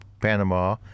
Panama